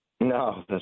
No